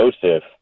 Joseph